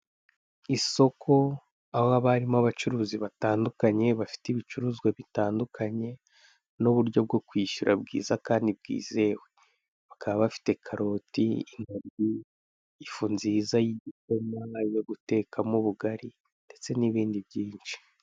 Isoko aho haba harimo abacuruzi batandukanye bafite ibicuruzwa bitandukanye nuburyo bwo kwishyura bwiza kandi bwizewe, Bakaba bafite karoti, intoryi, ifu nziza y'igikoma, iyo gutekamo ubugari ndetse nibindi byinshi.